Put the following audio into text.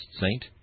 saint—